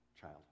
child